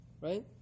right